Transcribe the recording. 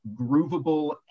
groovable